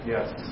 Yes